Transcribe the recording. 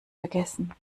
vergessen